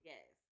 Yes